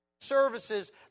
services